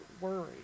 worry